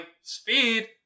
Speed